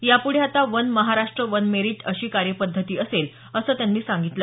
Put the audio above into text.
यापुढे आता one Maharashtra one merit अशी कार्यपद्धती असेल असं त्यांनी सांगितलं